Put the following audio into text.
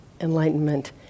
enlightenment